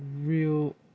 real